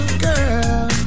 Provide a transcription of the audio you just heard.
girl